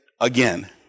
again